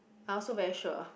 I also so very sure